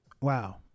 Wow